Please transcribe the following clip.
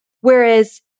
Whereas